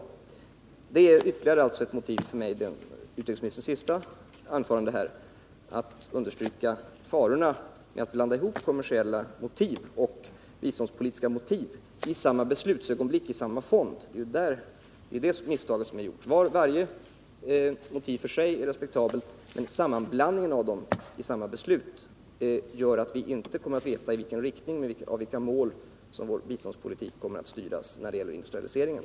Vad utrikesministern sade i sitt senaste anförande är alltså ytterligare ett motiv för mig att understryka farorna med att blanda ihop kommersiella motiv och biståndspolitiska motiv i samma beslutsögonblick, i samma fond. Det är det misstaget som är gjort. Varje motiv för sig är respektabelt, men sammanblandningen av dem i samma beslut gör att vi inte kommer att veta i vilken riktning och mot vilka mål vår biståndspolitik kommer att styras när det gäller industrialiseringen.